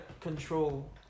control